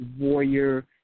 Warrior